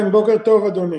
בוקר טוב, אדוני.